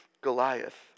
Goliath